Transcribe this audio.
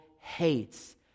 hates